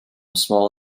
small